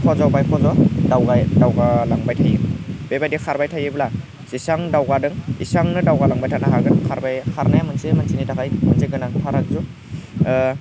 फज' बाय फज' दावगालांबाय थायो बेबायदि खारबाय थायोब्ला जेसेबां दावगादों एसेबांनो दावगालांबाय थानो हागोन खारनाया मोनसे मानसिनि थाखाय मोनसे गोनांथार आगजु